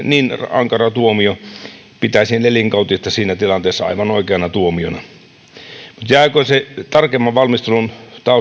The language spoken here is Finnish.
niin ankara tuomio että pitäisin elinkautista siinä tilanteessa aivan oikeana tuomiona jääköön se asia tarkemman valmistelun